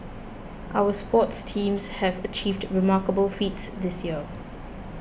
our sports teams have achieved remarkable feats this year